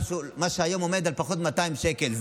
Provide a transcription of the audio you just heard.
מה שהיום עומד על פחות מ-200 שקלים.